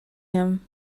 him